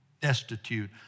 destitute